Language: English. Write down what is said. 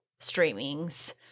streamings